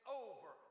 over